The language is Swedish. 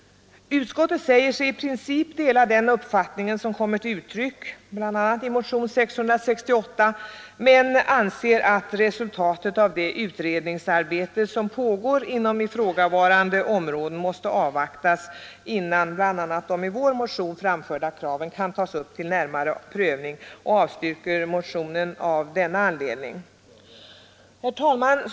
Utskottet säger sig i princip dela den uppfattning som kommit till uttryck bl.a. i motionen 668 men anser att resultatet av det utredningsarbete som pågår på ifrågavarande områden måste avvaktas innan bl.a. de i vår motion framförda kraven kan tas upp till närmare prövning. Utskottet avstyrker motionen av den anledningen. Herr talman!